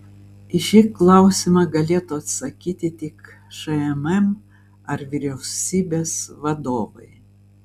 į šį klausimą galėtų atsakyti tik šmm ar vyriausybės vadovai